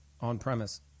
on-premise